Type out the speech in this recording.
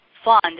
fund